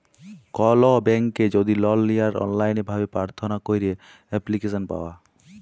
call ব্যাংকে যদি লল লিয়ার অললাইল ভাবে পার্থনা ক্যইরে এপ্লিক্যাসল পাউয়া